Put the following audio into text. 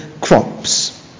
crops